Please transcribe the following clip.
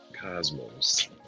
cosmos